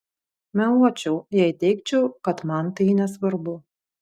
meluočiau jei teigčiau kad man tai nesvarbu